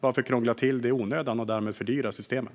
Varför krångla till det i onödan och därmed fördyra systemet?